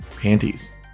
panties